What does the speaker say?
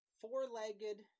four-legged